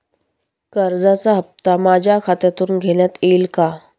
कर्जाचा हप्ता माझ्या खात्यातून घेण्यात येईल का?